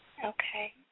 Okay